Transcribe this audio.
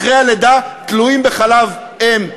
אחרי הלידה, תלויים בתחליף חלב אם.